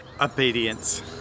Obedience